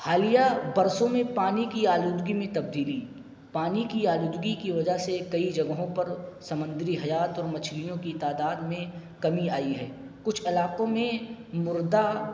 حالیہ برسوں میں پانی کی آلودگی میں تبدیلی پانی کی آلودگی کی وجہ سے کئی جگہوں پر سمندری حیات اور مچھلیوں کی تعداد میں کمی آئی ہے کچھ علاقوں میں مردہ